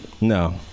No